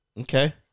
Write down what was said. Okay